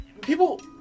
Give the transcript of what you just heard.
People